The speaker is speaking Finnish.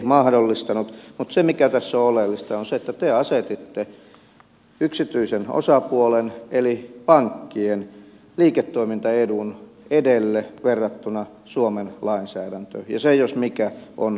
mutta se mikä tässä on oleellista on se että te asetitte yksityisen osapuolen eli pankkien liiketoimintaedun edelle verrattuna suomen lainsäädäntöön ja se jos mikä on hälyttävää